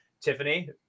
Tiffany